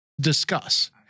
discuss